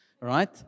Right